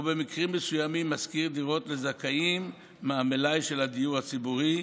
ובמקרים מסוימים משכיר דירות לזכאים מהמלאי של הדיור הציבורי,